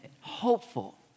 hopeful